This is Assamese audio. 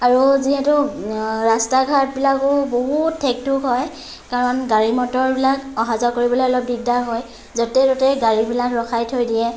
আৰু যিহেতু ৰাস্তা ঘাটবিলাকো বহুত ঠেক ঠোক হয় কাৰণ গাড়ী মটৰবিলাক অহা যোৱা কৰিবলৈ অলপ দিকদাৰ হয় য'তে ত'তে গাড়ীবিলাক ৰখাই থৈ দিয়ে